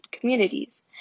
communities